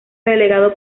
delegado